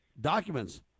documents